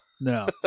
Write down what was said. No